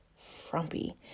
frumpy